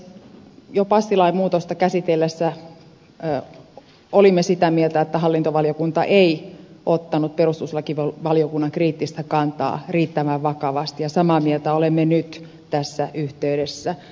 jo passilain muutosta käsitellessämme olimme sitä mieltä että hallintovaliokunta ei ottanut perustuslakivaliokunnan kriittistä kantaa riittävän vakavasti ja samaa mieltä olemme nyt tässä yhteydessä